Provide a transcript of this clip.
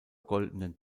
goldenen